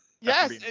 Yes